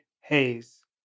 Hayes